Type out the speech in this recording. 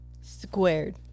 Squared